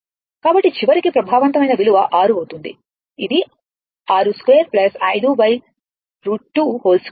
కాబట్టి చివరికి ప్రభావవంతమైన విలువ 6 అవుతుంది ఇది 62 5 √22